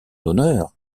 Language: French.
honneur